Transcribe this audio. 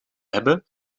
hebben